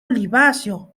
oliváceo